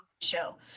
show